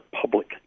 public